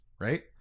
right